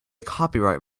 copyright